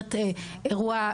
במסגרת אירוע,